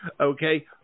okay